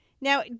Now